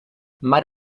mar